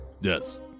Yes